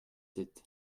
sept